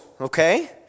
okay